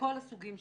מכול סוג שהוא.